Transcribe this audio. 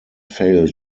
failed